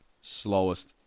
slowest